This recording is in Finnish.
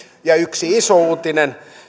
yksi iso uutinen